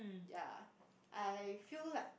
ya I feel like